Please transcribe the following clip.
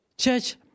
Church